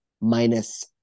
minus